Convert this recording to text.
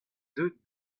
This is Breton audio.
deuet